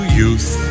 youth